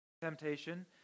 temptation